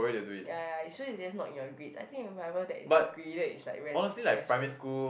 ya ya so it's just not in your grades I think whatever that is grade is like very stressful